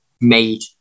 made